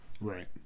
right